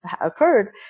occurred